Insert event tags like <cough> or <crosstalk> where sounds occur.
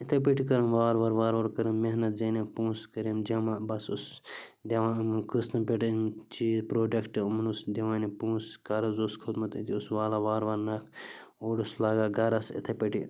یِتھَے پٲٹھۍ <unintelligible> وار وارٕ وار وارٕ کٔرٕم محنت زینِم پونٛسہٕ کٔرِم جَمع بَس اوسُس دِوان قٕسطن پٮ۪ٹھ أنِم چیٖز پرٛوڈَکٹ یِمَن اوسُس دِوان یِم پونٛسہٕ قرض اوس کھوٚتمُت أتی اوسُس والان وار وارٕ نَکھ اوٚڑ اوسُس لاگان گَرَس یِتھَے پٲٹھی